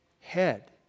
head